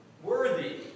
worthy